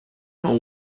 know